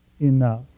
enough